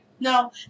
No